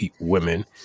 women